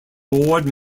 board